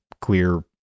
clear